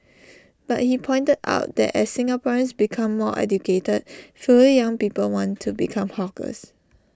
but he pointed out that as Singaporeans become more educated fewer young people want to become hawkers